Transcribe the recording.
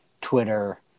Twitter